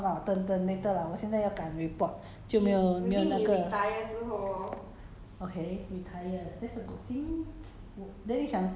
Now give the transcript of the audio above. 我想说 try 一下 not not now lah not now lah 等等 later lah 我现在要赶 report 就没有没有那个